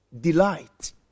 delight